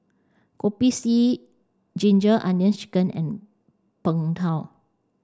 Kopi C Ginger Onions Chicken and Png Tao